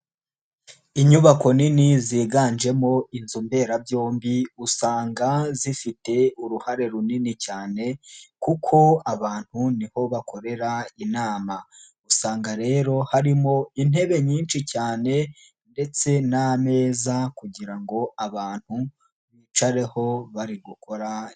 Inyubako nini ziganjemo inzu mberabyombi, usanga zifite uruhare runini cyane, kuko abantu niho bakorera inama, usanga rero harimo intebe nyinshi cyane, ndetse n'ameza kugira ngo abantu bicareho bari gukora.